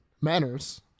Manners